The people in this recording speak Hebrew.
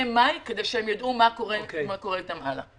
מאי כדי שהם יידעו מה קורה איתם הלאה.